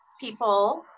people